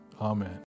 Amen